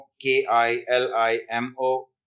k-i-l-i-m-o